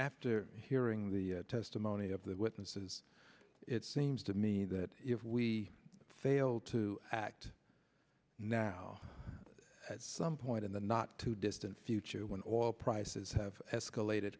after hearing the testimony of the witnesses it seems to me that if we fail to act now at some point in the not too distant future when oil prices have escalated